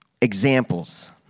examples